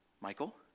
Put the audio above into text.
Michael